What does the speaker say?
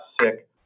sick